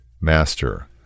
master